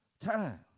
time